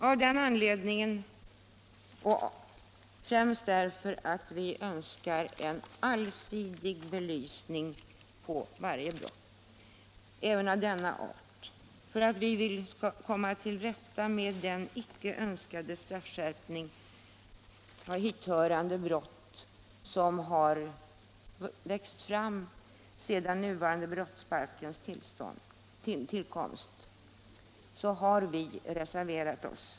Av denna anledning, därför att vi önskar en allsidig belysning av varje brott även av denna art och därför att vi vill komma till rätta med den icke önskade straffskärpning i fråga om dithörande brott som har vuxit fram efter den nuvarande brottsbalkens tillkomst, har vi reserverat oss.